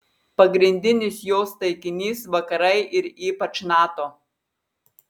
pagrindinis jos taikinys vakarai ir ypač nato